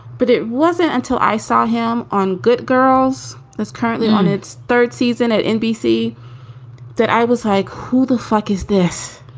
but it wasn't until i saw him on good girls. that's currently on its third season at nbc that i was like, who the fuck is this?